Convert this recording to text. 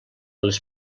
les